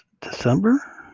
december